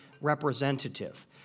representative